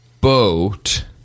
boat